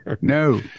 No